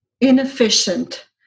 inefficient